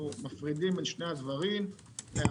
ואנחנו מפרידים בין שני הדברים: בין